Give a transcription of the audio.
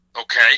okay